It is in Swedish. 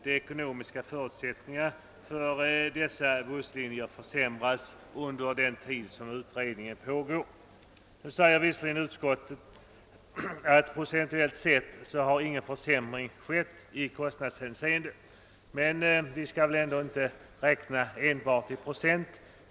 De ekonomiska förutsättningarna för dessa busslinjer bör inte försämras under den tid utredningen pågår. Nu säger visserligen utskottet att någon försämring i kostnadshänseende inte har skett procentuellt sett, men vi skall väl ändå inte räkna enbart i procent.